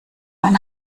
ein